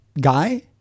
guy